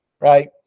right